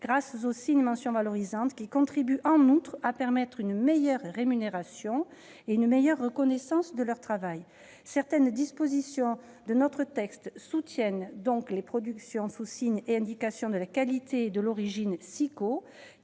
grâce aux signes et mentions valorisantes, qui contribuent, en outre, à permettre une meilleure rémunération et une meilleure reconnaissance de leur travail. Certaines dispositions de notre texte soutiennent donc les productions sous signe et indication de la qualité et de l'origine, ou